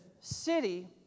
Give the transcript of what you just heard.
city